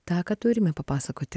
tą ką turime papasakoti